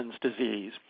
disease